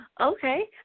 okay